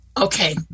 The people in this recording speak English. Okay